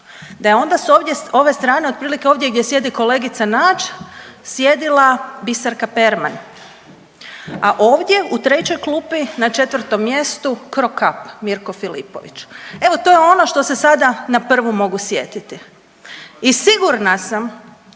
da je onda s ove strane, otprilike ovdje gdje sjede kolegica Nađ sjedila Biserka Perman, a ovdje u 3. klupi na 4. mjestu Cro Cop, Mirko Filipović. Evo, to je ono što se sada na prvu mogu sjetiti. I sigurna sam